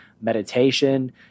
meditation